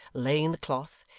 laying the cloth,